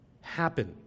happen